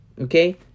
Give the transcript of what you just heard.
Okay